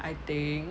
I think